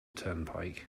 turnpike